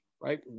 right